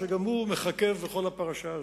שגם הוא מככב בכל הפרשה הזאת.